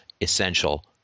essential